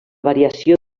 variació